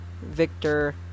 Victor